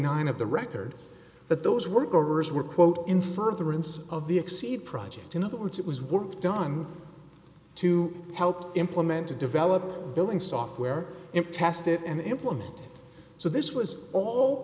nine of the record but those workers were quote in furtherance of the exceed project in other words it was work done to help implement a developer building software in tested and implement so this was all